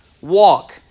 walk